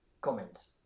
comments